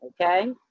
okay